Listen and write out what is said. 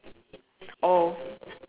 oh